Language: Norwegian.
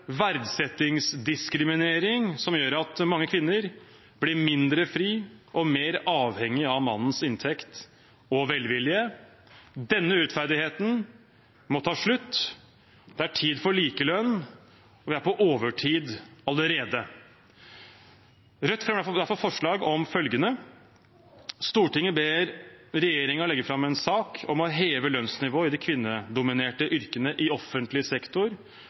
verdsettingsdiskriminering som gjør at mange kvinner blir mindre fri og mer avhengig av mannens inntekt og velvilje. Denne urettferdigheten må ta slutt, det er tid for likelønn, og vi er på overtid allerede. Rødt fremmer derfor følgende forslag: «Stortinget ber regjeringen legge fram en sak om å heve lønnsnivået i de kvinnedominerte yrkene i offentlig sektor,